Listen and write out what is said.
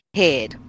head